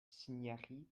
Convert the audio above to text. cinieri